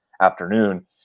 afternoon